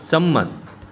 સંમત